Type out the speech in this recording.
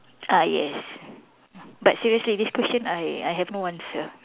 ah yes but seriously this question I I have no answer